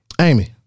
Amy